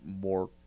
more